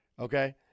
Okay